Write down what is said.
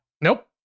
nope